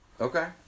Okay